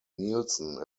nilsson